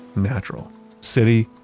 natural city,